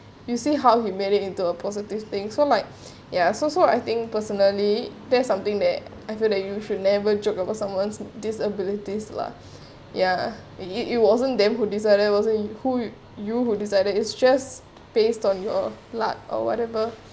you see how he made it into a positive thing so like ya so so I think personally that's something that I feel that you should never joke about someone's disabilities lah yeah and it it wasn't them who decided he wasn't he who you who decided it's just based on your luck or whatever